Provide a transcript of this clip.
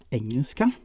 engelska